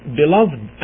beloved